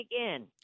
again